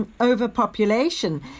overpopulation